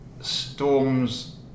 storms